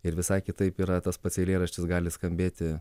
ir visai kitaip yra tas pats eilėraštis gali skambėti